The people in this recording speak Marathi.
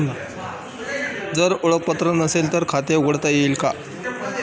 जर ओळखपत्र नसेल तर खाते उघडता येईल का?